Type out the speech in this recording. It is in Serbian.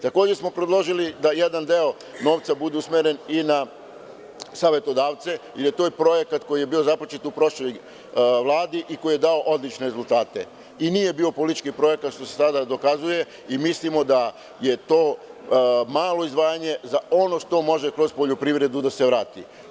Takođe smo predložili da jedan deo novca bude usmeren i na savetodavce i da je to projekat koji je bio započet u prošloj Vladi i koji je dao odlične rezultate, i nije bio politički projekat što se sada dokazuje i mislimo da je to malo izdvajanje za ono što može kroz poljoprivredu da se vrati.